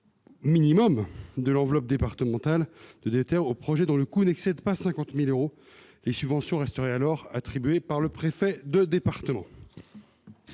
minimum de l'enveloppe départementale de DETR aux projets dont le coût n'excède pas 50 000 euros. Les subventions resteraient alors attribuées par le préfet de département.